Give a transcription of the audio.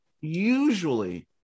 usually